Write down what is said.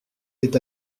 est